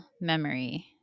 memory